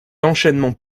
enchaînement